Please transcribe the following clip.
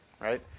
right